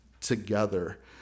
together